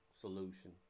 solution